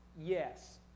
Yes